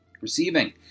Receiving